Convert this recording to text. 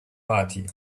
party